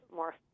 more